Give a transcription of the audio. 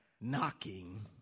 knocking